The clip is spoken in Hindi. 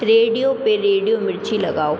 रेडिओ पे रेडिओ मिर्ची लगाओ